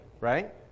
right